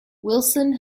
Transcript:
wilson